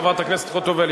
חברת הכנסת חוטובלי,